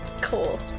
Cool